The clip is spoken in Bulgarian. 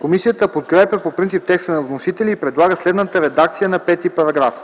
Комисията подкрепя по принцип текста на вносителя и предлага следната редакция на § 5: „§ 5.